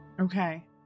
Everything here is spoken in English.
Okay